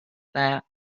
that